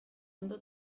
ondo